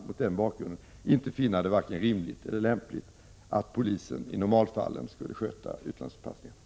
Mot denna bakgrund kan jag inte finna att det är vare sig rimligt eller lämpligt att polisen i normalfallen sköter utlandsförpassningarna.